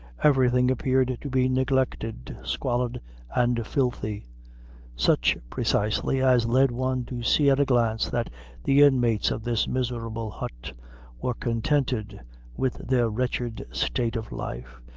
everything appeared to be neglected, squalid and filthy such, precisely, as led one to see at a glance that the inmates of this miserable hut were contented with their wretched state of life,